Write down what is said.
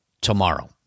tomorrow